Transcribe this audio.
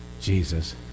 Jesus